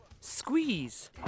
Squeeze